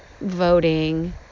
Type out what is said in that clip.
voting